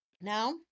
now